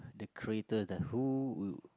the creator the who